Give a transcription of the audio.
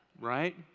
Right